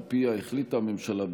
שעל פיה החליטה הממשלה,